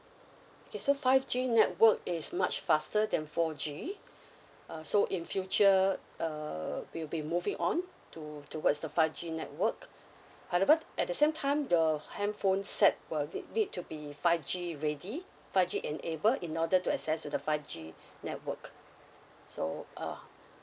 okay so five G network is much faster than four G uh so in future err we'll be moving on to towards the five G network however at the same time your handphone set will need need to be five G ready five G enable in order to access to the five G network so uh